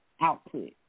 output